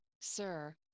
sir